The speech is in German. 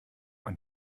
man